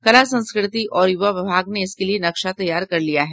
कला संस्कृति और यूवा विभाग ने इसके लिये नक्शा तैयार कर लिया है